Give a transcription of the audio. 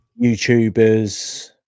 youtubers